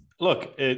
Look